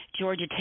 Georgia